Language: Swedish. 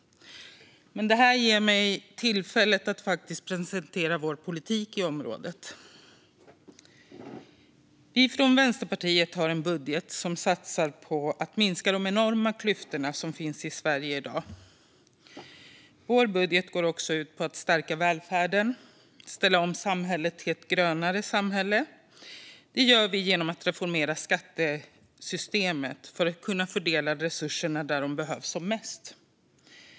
Men detta ger mig tillfälle att presentera vår politik på området. Vi från Vänsterpartiet har en budget som satsar på att minska de enorma klyftor som finns i Sverige i dag. Vår budget går också ut på att stärka välfärden och ställa om till ett grönare samhälle. Detta gör vi genom att reformera skattesystemet för att kunna fördela resurserna dit där de behövs som mest.